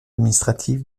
administratif